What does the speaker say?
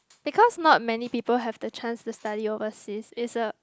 because not many people have the chance to study overseas is the